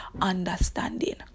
understanding